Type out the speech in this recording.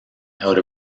out